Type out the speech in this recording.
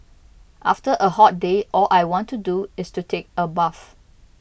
after a hot day all I want to do is to take a bath